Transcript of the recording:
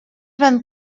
van